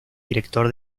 director